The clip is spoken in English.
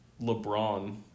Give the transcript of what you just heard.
LeBron